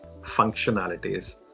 functionalities